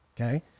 Okay